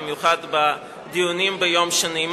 במיוחד בדיונים של יום שני.